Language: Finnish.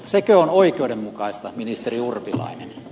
sekö on oikeudenmukaista ministeri urpilainen